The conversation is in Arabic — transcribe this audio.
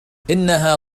إنها